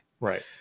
Right